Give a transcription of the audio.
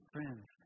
Friends